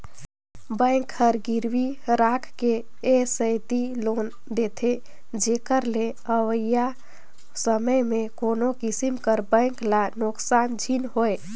bank हर गिरवी राखके ए सेती लोन देथे जेकर ले अवइया समे में कोनो किसिम कर बेंक ल नोसकान झिन होए